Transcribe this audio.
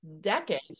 decades